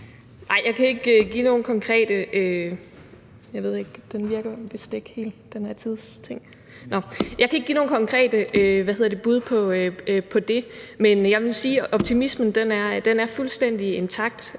Jeg kan ikke give nogen konkrete bud på det, men jeg vil sige, at optimismen er fuldstændig intakt.